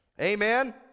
Amen